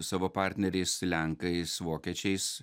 savo partneriais lenkais vokiečiais